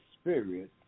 Spirit